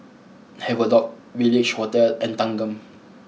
Havelock Village Hotel and Thanggam